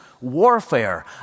warfare